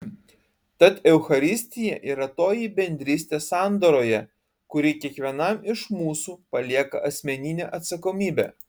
tad eucharistija yra toji bendrystė sandoroje kuri kiekvienam iš mūsų palieka asmeninę atsakomybę